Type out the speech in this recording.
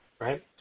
Right